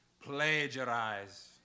plagiarize